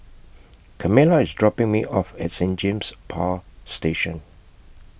Carmela IS dropping Me off At Saint James Power Station